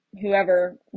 whoever